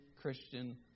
Christian